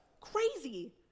Crazy